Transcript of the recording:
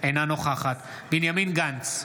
אינה נוכחת בנימין גנץ,